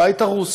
הבית הרוס